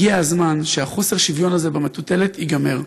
הגיע הזמן שחוסר השוויון הזה במטוטלת ייגמר.